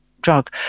drug